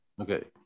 Okay